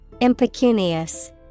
Impecunious